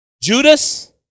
Judas